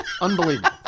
unbelievable